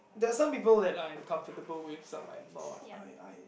there are some people that I'm comfortable with some I'm not I I